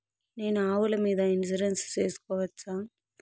నేను ఆవుల మీద ఇన్సూరెన్సు సేసుకోవచ్చా?